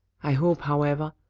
i hope, however,